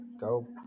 go